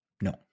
No